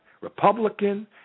Republican